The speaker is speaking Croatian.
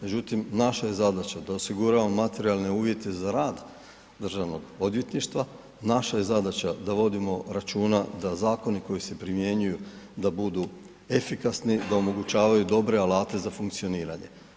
Međutim, naša je zadaća da osiguramo materijalne uvjete za rada Državnog odvjetništva, naša je zadaća da vodimo računa da zakoni koji se primjenjuju da budu efikasni da omogućavaju dobre alate za funkcioniranje.